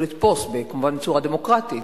לא לתפוס, כמובן בצורה דמוקרטית,